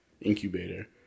incubator